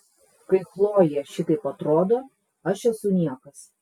kai chlojė šitaip atrodo aš esu niekas